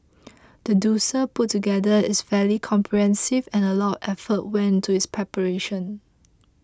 the dossier put together is fairly comprehensive and a lot of effort went into its preparation